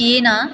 येन